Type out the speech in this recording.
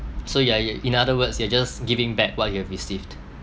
so ya ya in other words you're just giving back what you have received